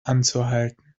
anzuhalten